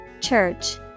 Church